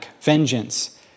vengeance